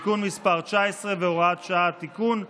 (תיקון מס' 19 והוראת שעה) (תיקון),